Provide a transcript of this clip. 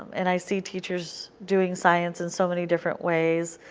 and i see teachers doing science in so many different ways,